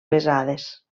pesades